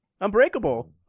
Unbreakable